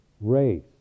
race